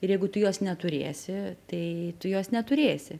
ir jeigu tu jos neturėsi tai tu jos neturėsi